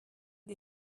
des